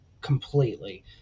completely